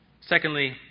Secondly